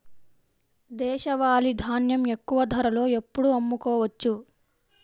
దేశవాలి ధాన్యం ఎక్కువ ధరలో ఎప్పుడు అమ్ముకోవచ్చు?